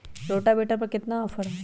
Rotavator पर केतना offer हव?